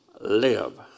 live